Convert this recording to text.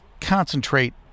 concentrate